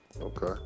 okay